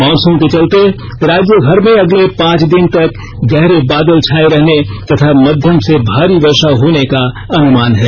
monsoon के चलते राज्य भर में अगले पांच दिन तक गहरे बादल छाये रहने तथा मध्यम से भारी वर्षा होने का अनुमान है